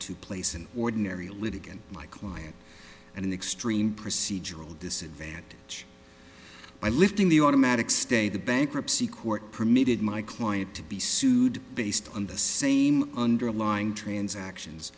to place an ordinary litigant my client and in extreme procedural disadvantage by lifting the automatic stay the bankruptcy court permitted my client to be sued based on the same underlying transactions